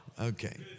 Okay